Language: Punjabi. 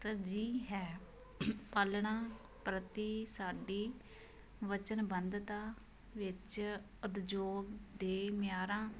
ਤਰਜੀਹ ਹੈ ਪਾਲਣਾ ਪ੍ਰਤੀ ਸਾਡੀ ਵਚਨਬੱਧਤਾ ਵਿੱਚ ਉਦਯੋਗ ਦੇ ਮਿਆਰਾਂ